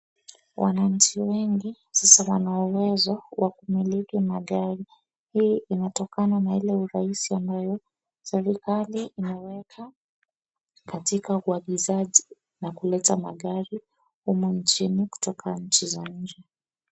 Waananchi wengi, sasa wana uwezo wa kumiliki magari. Hii inatokana na ile urahisi ambayo serikali imeweka katika uagizaji wa kuleta magari huku nchini kutoka nchi za nje .